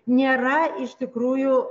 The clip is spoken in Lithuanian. nėra iš tikrųjų